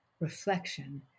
reflection